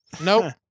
Nope